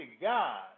God